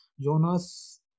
Jonas